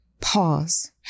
Pause